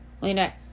Lena